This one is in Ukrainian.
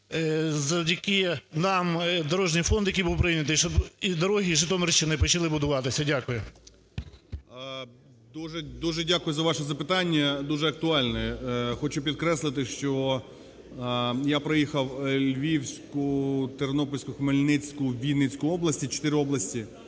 завдяки нам Дорожній фонд, який був прийнятий, щоб і дороги Житомирщини почали будуватися. Дякую. 11:20:09 ГРОЙСМАН В.Б. Дуже дякую за ваше запитання. Дуже актуальне. Хочу підкреслити, що я проїхав Львівську, Тернопільську, Хмельницьку, Вінницьку області, 4 області